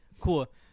cool